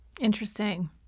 Interesting